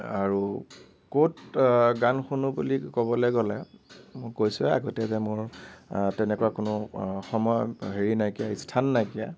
আৰু ক'ত গান শুনো বুলি ক'বলৈ গ'লে মই কৈছোৱেই আগতীয়াকৈ মোৰ তেনেকুৱা কোনো সময়ৰ হেৰি নাইকীয়া স্থান নাইকিয়া